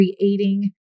creating